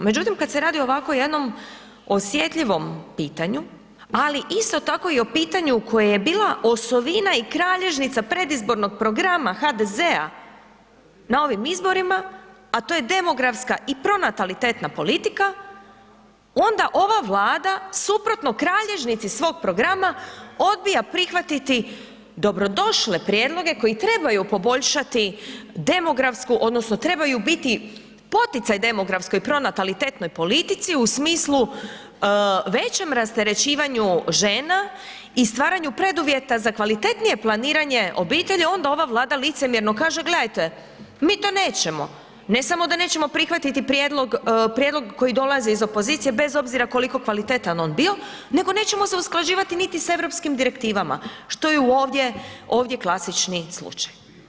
Međutim, kad se radi o ovako jednom osjetljivom pitanju, ali isto tako i o pitanju koje je bila osovina i kralježnica predizbornog programa HDZ-a na ovim izborima, a to je demografska i pronatalitetna politika onda ova Vlada suprotno kralježnici svog programa odbija prihvatiti dobrodošle prijedloge koji trebaju poboljšati demografsku odnosno trebaju biti poticaj demografskoj pronatalitetnoj politici u smislu većem rasterećivanju žena i stvaranju preduvjeta za kvalitetnije planiranje obitelji onda ova Vlada licemjerno kaže, gledajte, mi to nećemo, ne samo da nećemo prihvatiti prijedlog, prijedlog koji dolazi iz opozicije bez obzira koliko kvalitetan on bio nego nećemo se usklađivati niti s europskim direktivama, što je ovdje, ovdje klasični slučaj.